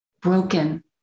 broken